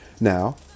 Now